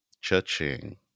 Cha-ching